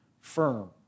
firm